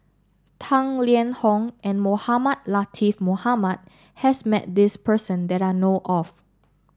Tang Liang Hong and Mohamed Latiff Mohamed has met this person that I know of